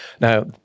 Now